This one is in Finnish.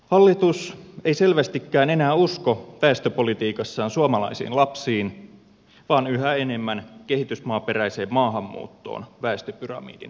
hallitus ei selvästikään enää usko väestöpolitiikassaan suomalaisiin lapsiin vaan yhä enemmän kehitysmaaperäiseen maahanmuuttoon väestöpyramidin oikaisemiseksi